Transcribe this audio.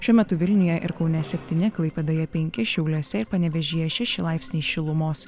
šiuo metu vilniuje ir kaune septyni klaipėdoje penki šiauliuose ir panevėžyje šeši laipsniai šilumos